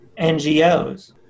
NGOs